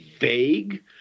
vague